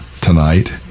tonight